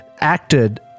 acted